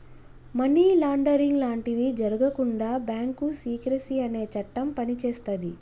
money laundering లాంటివి జరగకుండా bank secrecy అనే చట్టం పనిచేస్తది